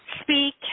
speak